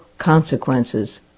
consequences